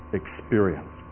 experience